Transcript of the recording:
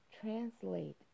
translate